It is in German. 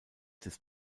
des